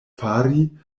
fari